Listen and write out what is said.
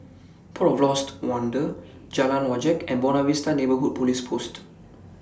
Port of Lost Wonder Jalan Wajek and Buona Vista Neighbourhood Police Post